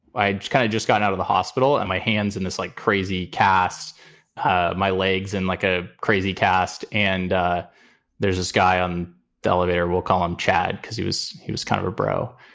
i kind of just got out of the hospital and my hands in this like crazy cast ah my legs and like a crazy cast and ah there's this guy on the elevator. we'll call him chad because he was he was kind of of bro.